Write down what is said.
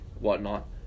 whatnot